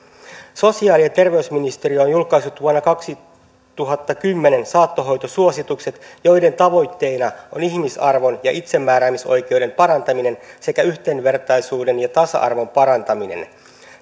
sosiaali ja terveysministeriö on julkaissut vuonna kaksituhattakymmenen saattohoitosuositukset joiden tavoitteena on ihmisarvon ja itsemääräämisoikeuden parantaminen sekä yhdenvertaisuuden ja tasa arvon parantaminen